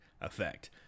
effect